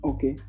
Okay